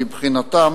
מבחינתם,